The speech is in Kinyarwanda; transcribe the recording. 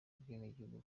ubwenegihugu